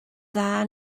dda